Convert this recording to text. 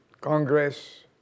Congress